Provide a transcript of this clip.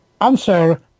answer